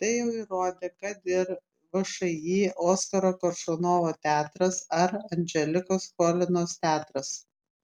tai jau įrodė kad ir všį oskaro koršunovo teatras ar anželikos cholinos teatras